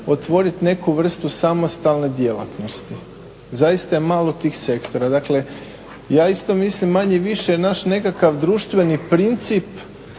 otvorit neku vrstu samostalne djelatnosti. Zaista je malo tih sektora. Dakle, ja isto mislim manje-više naš nekakav društveni princip